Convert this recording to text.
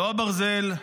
לא הברזל,